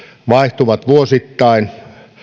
vaihtuvat vuosittain